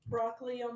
Broccoli